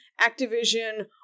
Activision